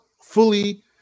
fully